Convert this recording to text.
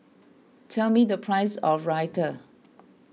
tell me the price of Raita